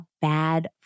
bad